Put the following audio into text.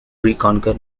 reconquer